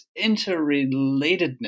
interrelatedness